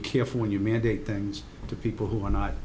be careful when you mandate things to people who are not